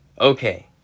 Okay